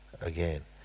again